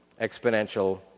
exponential